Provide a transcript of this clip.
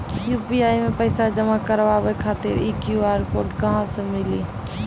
UPI मे पैसा जमा कारवावे खातिर ई क्यू.आर कोड कहां से मिली?